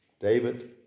David